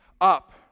up